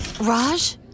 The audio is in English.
Raj